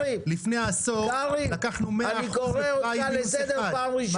לפני עשור לקחנו מאה אחוז בפריים מינוס אחד.